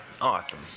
Awesome